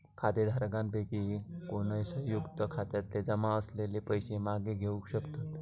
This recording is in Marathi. खातेधारकांपैकी कोणय, संयुक्त खात्यातले जमा असलेले पैशे मागे घेवक शकतत